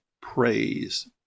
praise